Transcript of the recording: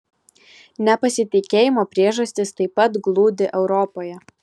nepasitikėjimo priežastys taip pat glūdi europoje